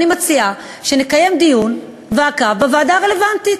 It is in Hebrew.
אני מציעה שנקיים דיון מעקב בוועדה הרלוונטית.